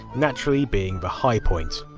naturally being the high point.